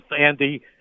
Andy